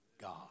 God